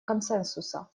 консенсуса